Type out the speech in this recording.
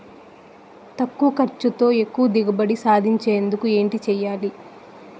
తక్కువ ఖర్చుతో ఎక్కువ దిగుబడి సాధించేందుకు ఏంటి చేయాలి?